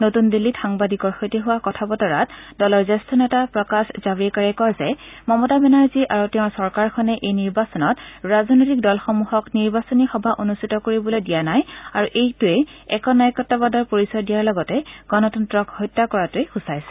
নতুন দিল্লীত সাংবাদিকৰ সৈতে হোৱা কথা বতৰাত দলৰ জ্যেষ্ঠ নেতা প্ৰকাশ জাভডেকাৰে কয় যে মমতা বেনাৰ্জী আৰু তেওঁৰ চৰকাৰখনে এই নিৰ্বাচনত ৰাজনৈতিক দলসমূহক নিৰ্বাচনী সভা অনুষ্ঠিত কৰিবলৈ দিয়া নাই আৰু এইটোৱে একনায়কত্ববাদৰ পৰিচয় দিয়াৰ লগতে গণতন্ত্ৰক হত্যা কৰিছে